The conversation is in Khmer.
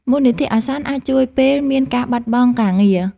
មូលនិធិអាសន្នអាចជួយពេលមានការបាត់បង់ការងារ។